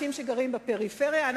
שגרים בפריפריה,